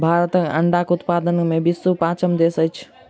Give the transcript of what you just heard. भारत अंडाक उत्पादन मे विश्वक पाँचम देश अछि